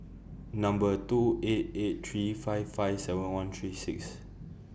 Number two eight eight three five five seven one three six